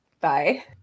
Bye